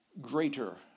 greater